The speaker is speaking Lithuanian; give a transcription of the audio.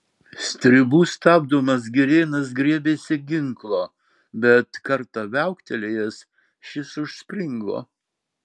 stribų stabdomas girėnas griebėsi ginklo bet kartą viauktelėjęs šis užspringo